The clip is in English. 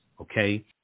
okay